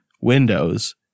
Windows